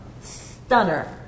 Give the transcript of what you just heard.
stunner